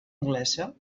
anglesa